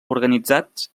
organitzats